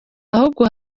ahubwo